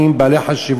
בבנייה,